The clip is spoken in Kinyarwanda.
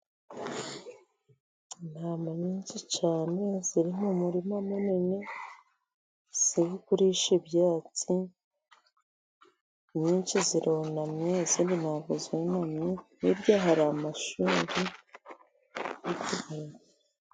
Intama nyinshi cyane ziri mu murima munini, ziri kurisha ibyatsi. Inyinshi zirunamye, izindi nta bwo zunamye, hirya hari amashuri menshi cyane.